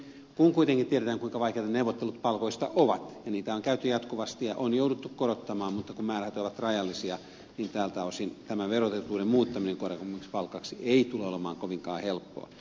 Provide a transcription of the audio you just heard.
kun kuitenkin tiedetään kuinka vaikeita neuvottelut palkoista ovat ja niitä on käyty jatkuvasti ja on jouduttu korottamaan mutta kun määrärahat ovat rajallisia niin tältä osin tämän veroetuuden muuttaminen korkeammaksi palkaksi ei tule olemaan kovinkaan helppoa